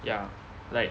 ya like